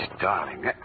darling